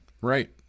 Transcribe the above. Right